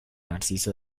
narciso